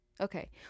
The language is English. Okay